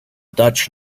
dutch